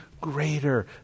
greater